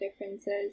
differences